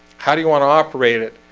how do you want to operate it?